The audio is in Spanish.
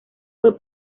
fue